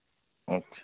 اچھا